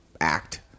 act